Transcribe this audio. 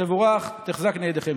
תבורך, תחזקנה ידיכם.